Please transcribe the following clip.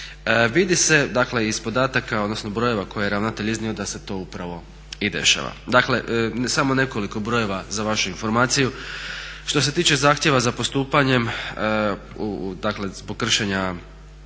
dakle iz podataka odnosno brojeva koje je ravnatelj iznio da se to upravo i dešava. Dakle samo nekoliko brojeva za vašu informaciju. Što se tiče zahtjeva za postupanjem zbog kršenja